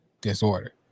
disorder